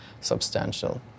substantial